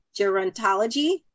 gerontology